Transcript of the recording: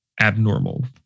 abnormal